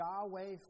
Yahweh